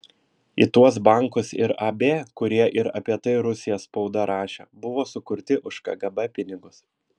į tuos bankus ir ab kurie ir apie tai rusijos spauda rašė buvo sukurti už kgb pinigus